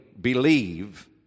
believe